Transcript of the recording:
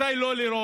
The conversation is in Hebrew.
מתי לא לירות,